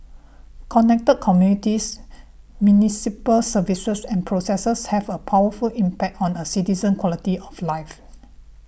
connected communities municipal services and processes have a powerful impact on a citizen's quality of life